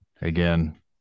Again